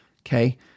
Okay